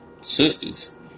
sisters